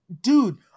Dude